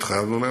התחייבנו להם,